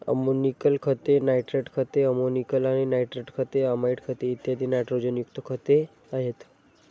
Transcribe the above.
ammoniacal खते, nitrate खते, ammoniacal आणि नायट्रेट खते, अमाइड खते, इत्यादी नायट्रोजनयुक्त खते आहेत